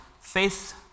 faith